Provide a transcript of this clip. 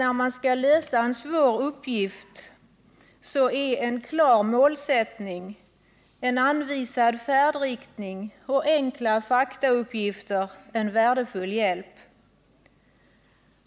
När man skall lösa en svår uppgift är en klar målsättning, en anvisad färdriktning och enkla faktauppgifter en värdefull hjälp.